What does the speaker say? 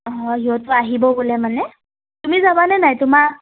অঁ সিহঁতো আহিব বোলে মানে তুমি যাবানে নাই তোমাৰ